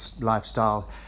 lifestyle